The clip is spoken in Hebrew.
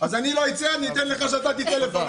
אז אני לא אצא, אני אתן לך שאתה תצא לפניי.